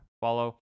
follow